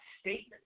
statement